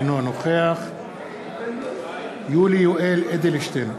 אינו נוכח יולי יואל אדלשטיין,